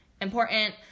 important